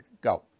go